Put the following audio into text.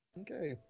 Okay